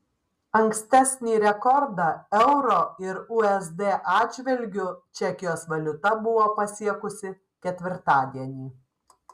ankstesnį rekordą euro ir usd atžvilgiu čekijos valiuta buvo pasiekusi ketvirtadienį